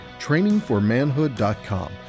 TrainingForManhood.com